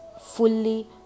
fully